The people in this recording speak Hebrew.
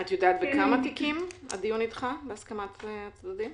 בכמה תיקים הדיון נדחה בהסכמת הצדדים?